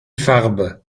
farbe